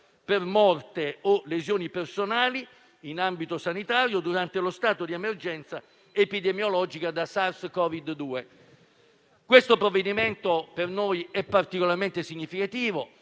per morte o lesioni personali in ambito sanitario, durante lo stato di emergenza epidemiologica da SARS-CoV-2. Questa misura è per noi particolarmente significativa.